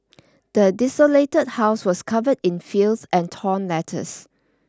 the desolated house was covered in filth and torn letters